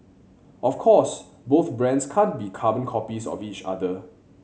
of course both brands can't be carbon copies of each other